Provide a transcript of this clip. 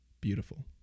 beautiful